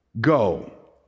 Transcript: go